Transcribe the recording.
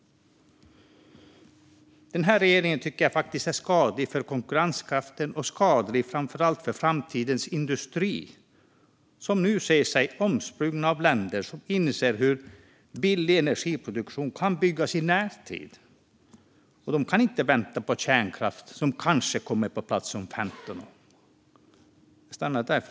Jag tycker faktiskt att regeringen är skadlig för konkurrenskraften och framför allt för framtidens industri, som nu ser sig omsprungen av industrin i länder som inser att billig energiproduktion kan byggas i närtid. Industrin kan inte vänta på kärnkraft som kanske kommer på plats om 15 år.